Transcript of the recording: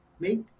Make